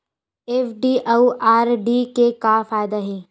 FD अउ RD के का फायदा हे?